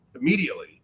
immediately